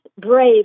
brave